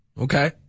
Okay